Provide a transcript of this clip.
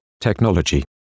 technology